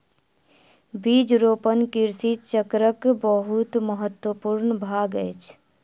बीज रोपण कृषि चक्रक बहुत महत्वपूर्ण भाग अछि